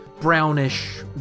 brownish